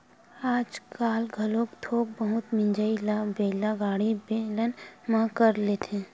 आजकाल घलोक थोक बहुत मिजई ल बइला गाड़ी, बेलन म कर लेथे